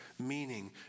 meaning